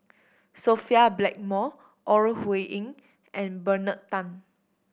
Sophia Blackmore Ore Huiying and Bernard Tan